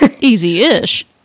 Easy-ish